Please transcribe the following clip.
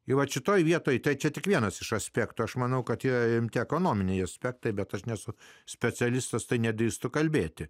ir vat šitoje vietoj tai čia tik vienas iš aspektų aš manau kad jei tie ekonominiai aspektai bet aš nesu specialistas tai nedrįstu kalbėti